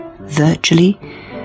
virtually